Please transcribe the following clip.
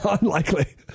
unlikely